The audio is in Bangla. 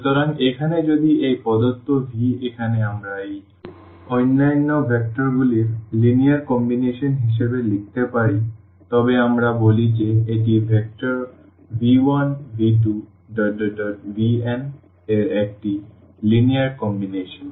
সুতরাং এখানে যদি এই প্রদত্ত v এখানে আমরা এই অন্যান্য ভেক্টরগুলির লিনিয়ার কম্বিনেশন হিসাবে লিখতে পারি তবে আমরা বলি যে এটি ভেক্টর v1v2vn এর একটি লিনিয়ার কম্বিনেশন